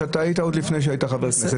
שאתה היית עוד לפני שהיית חבר כנסת.